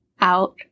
out